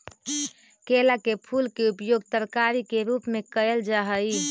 केला के फूल के उपयोग तरकारी के रूप में कयल जा हई